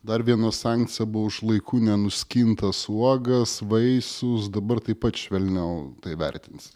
dar viena sankcija buvo už laiku nenuskintas uogas vaisius dabar taip pat švelniau tai vertins